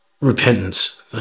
Repentance